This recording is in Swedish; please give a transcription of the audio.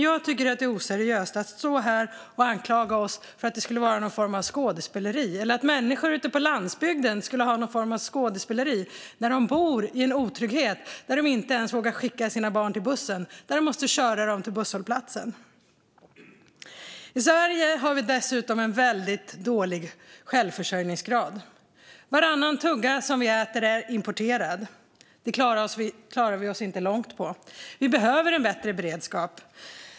Jag tycker att det är oseriöst att stå här och anklaga oss för att bedriva någon form av skådespeleri och att påstå att människor på landsbygden skulle göra det, när de lever i otrygghet och inte ens vågar skicka sina barn till bussen utan måste köra dem till busshållplatsen. I Sverige har vi dessutom en väldigt dålig självförsörjningsgrad. Varannan tugga vi äter är importerad. Det klarar vi oss inte långt på. Vi behöver en bättre beredskap.